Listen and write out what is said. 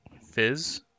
Fizz